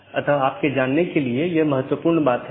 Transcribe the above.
तो यह दूसरे AS में BGP साथियों के लिए जाना जाता है